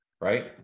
right